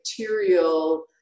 material